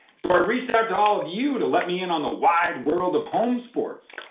so, i reached out to all of you to let me in on the wide world of home sports.